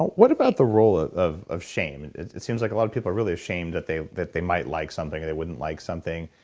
what about the role of of shame? it seems like a lot of people are really ashamed that they that they might like something, they wouldn't like something.